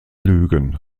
lügen